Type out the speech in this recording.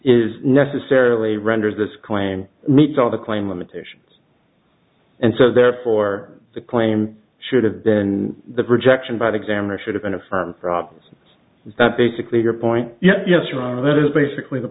is necessarily renders this claim meets all the claim limitations and so therefore the claim should have been the rejection by the examiner should have been affirmed problems that basically your point yes yes you are that is basically the